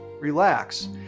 Relax